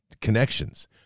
connections